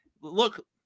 look